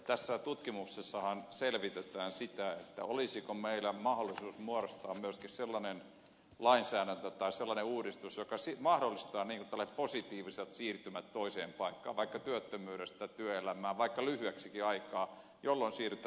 tässä tutkimuksessahan selvitetään sitä olisiko meillä mahdollisuus muodostaa myöskin sellainen lainsäädäntö tai sellainen uudistus joka mahdollistaa tällaiset positiiviset siirtymät toiseen paikkaan vaikka työttömyydestä työelämään vaikka lyhyeksikin aikaa jolloin siirryttäisiin parempaan tilanteeseen